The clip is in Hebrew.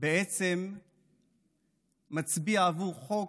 בעצם מצביע בעבור חוק